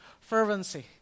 fervency